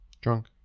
drunk